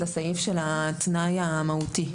לסעיף של התנאי המהותי,